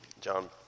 John